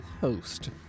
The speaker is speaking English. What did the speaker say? host